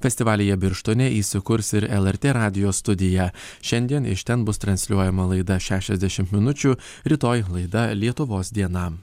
festivalyje birštone įsikurs ir lrt radijo studija šiandien iš ten bus transliuojama laida šešiasdešimt minučių rytoj laida lietuvos diena